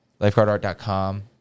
lifeguardart.com